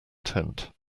tent